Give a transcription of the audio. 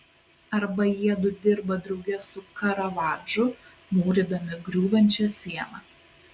arba jiedu dirba drauge su karavadžu mūrydami griūvančią sieną